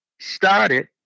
started